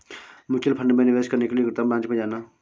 mutual fund में निवेश करने के लिए निकटतम ब्रांच में जाना